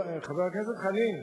חבר הכנסת חנין,